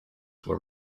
were